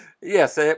Yes